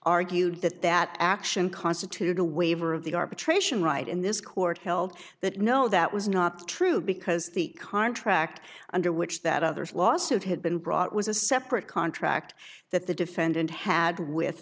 argued that that action constituted a waiver of the arbitration right in this court held that no that was not true because the contract under which that others lawsuit had been brought was a separate contract that the defendant had with